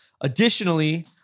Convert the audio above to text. Additionally